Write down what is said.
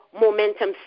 Momentum